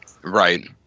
Right